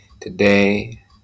Today